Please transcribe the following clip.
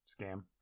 Scam